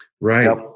Right